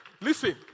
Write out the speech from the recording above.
Listen